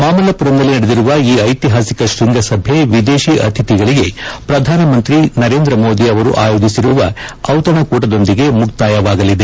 ಮಾಮಲ್ಲಮರಂನಲ್ಲಿ ನಡೆದಿರುವ ಈ ಐಹಿಹಾಸಿಕ ಶ್ವಂಗಸಭೆ ವಿದೇಶಿ ಅತಿಥಿಗಳಿಗೆ ಪ್ರಧಾನಮಂತ್ರಿ ಮೋದಿ ಅವರು ಆಯೋಜಿಸಿರುವ ಜಿತಣಕೂಟದೊಂದಿಗೆ ಮುಕ್ತಾಯವಾಗಲಿದೆ